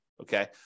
Okay